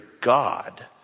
God